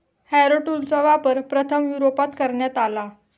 Harrow टूलचा वापर प्रथम युरोपात करण्यात आला